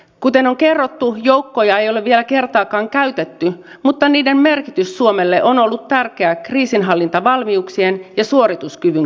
kuten on kerrottu joukkoja ei ole vielä kertaakaan käytetty mutta niiden merkitys suomelle on ollut tärkeä kriisinhallintavalmiuksien ja suorituskyvyn kehittämisessä